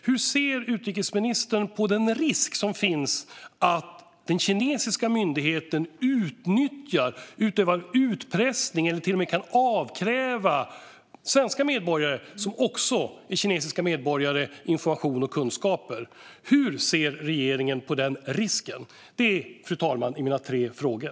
Hur ser utrikesministern på den risk som finns att den kinesiska myndigheten utnyttjar, utövar utpressning på och till och med kan avkräva svenska medborgare som även är kinesiska medborgare information och kunskaper? Hur ser regeringen på denna risk? Detta är mina tre frågor.